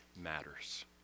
matters